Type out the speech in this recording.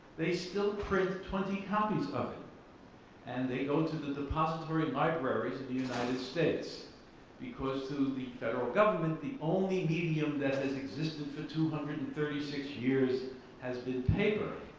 they still print twenty copies of it and they go to the depository libraries in the united states because through the federal government, the only medium that has existed for two hundred and thirty six years has been paper,